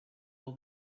all